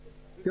שלום.